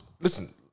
listen